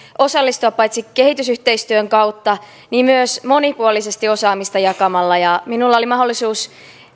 osallistua paitsi kehitysyhteistyön kautta myös monipuolisesti osaamista jakamalla minulla oli mahdollisuus